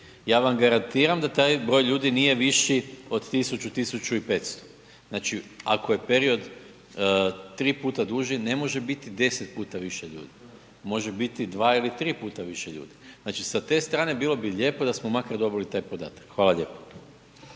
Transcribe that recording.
Ja vam garantiram da taj broj ljudi nije viši od 1000, 1500. Znači ako je period 3 puta duži, ne može biti 10 puta više ljudi. Može biti 2 ili 3 puta više ljudi. Znači sa te strane, bilo bi lijepo da smo makar dobili i taj podatak. Hvala lijepo.